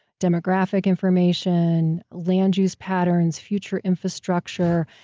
demographic information, land use patterns, future infrastructure,